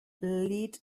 lead